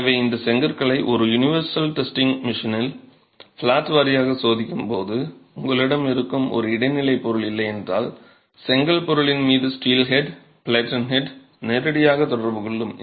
எனவே இந்த செங்கற்களை ஒரு யுனிவர்சல் டெஸ்டிங்க் மெஷினில் ஃப்ளாட் வாரியாக சோதிக்கும் போது உங்களிடம் இருக்கும் ஒரு இடைநிலை பொருள் இல்லையென்றால் செங்கல் பொருளின் மீது ஸ்டீல்ஹெட் பிளேடன் ஹெட் நேரடியாக தொடர்பு கொள்ளும்